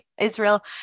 Israel